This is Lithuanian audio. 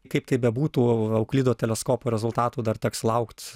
kaip tai bebūtų euklido teleskopo rezultatų dar teks laukt